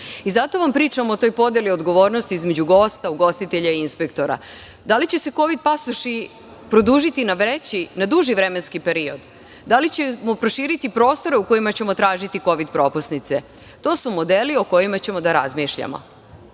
Zato vam pričam o toj podeli odgovornosti između gosta, ugostitelja i inspektora. Da li će se kovid pasoši produžiti na duži vremenski period, da li ćemo proširiti prostore u kojima ćemo tražiti kovid propusnice? To su modeli o kojima ćemo da razmišljamo